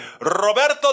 Roberto